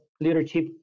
leadership